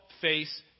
face